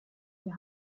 die